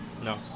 No